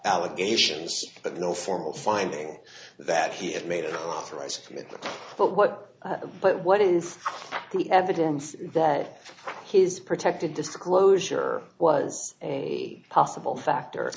allegations but no formal finding that he had made an authorised commitment but what but what is the evidence that he is protected disclosure was a possible factor